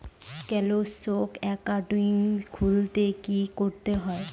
Kanyashree account খুলতে কী করতে হবে?